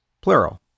plural